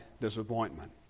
disappointment